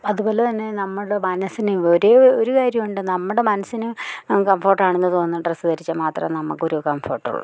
അതുപോലെ തന്നെ നമ്മുടെ മനസ്സിനും ഒരേ ഒരു കാര്യമുണ്ട് നമ്മുടെ മനസ്സിനും കംഫേർട്ടാണെന്ന് തോന്നുന്ന ഡ്രസ്സ് ധരിച്ചാൽ മാത്രം നമുക്കൊരു കംഫർട്ട് ഉള്ളു